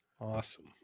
Awesome